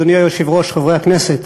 אדוני היושב-ראש, חברי הכנסת,